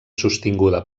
sostinguda